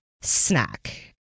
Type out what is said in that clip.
Snack